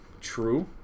true